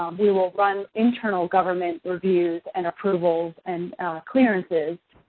um we will run internal government reviews and approvals and clearances,